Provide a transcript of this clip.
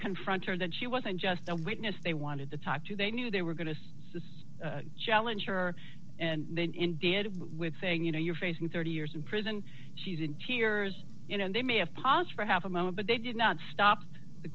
confront her that she wasn't just a witness they wanted to talk to they knew they were going to challenge sure and then in did it with saying you know you're facing thirty years in prison she's in tears you know they may have pos for half a moment but they did not stop the